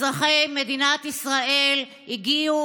אזרחי מדינת ישראל הגיעו,